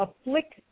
afflict